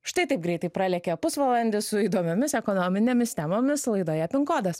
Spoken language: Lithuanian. štai taip greitai pralėkė pusvalandis su įdomiomis ekonominėmis temomis laidoje pin kodas